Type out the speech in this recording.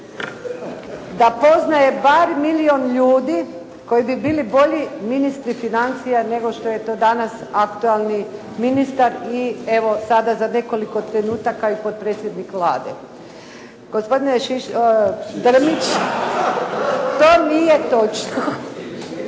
da poznaje bar milijun ljudi koji bi bili bolji ministri financija nego što je to danas aktualni ministar i evo sada za nekoliko trenutaka i potpredsjednik Vlade. Gospodine Drmić to nije točno.